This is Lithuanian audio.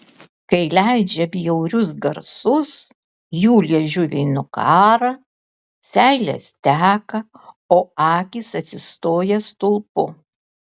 kai leidžia bjaurius garsus jų liežuviai nukąrą seilės teka o akys atsistoja stulpu